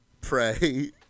pray